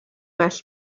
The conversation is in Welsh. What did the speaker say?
well